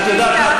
את יודעת מה,